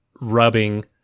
rubbing